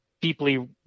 deeply